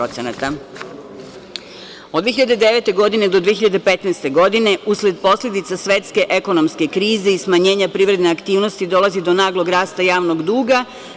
Od 2009. godine do 2015. godine, usled posledica svetske ekonomske krize i smanjenja privredne aktivnosti dolazi do naglog rasta javnog duga.